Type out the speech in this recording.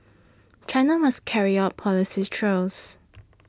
China must carry out policies trials